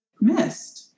missed